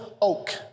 oak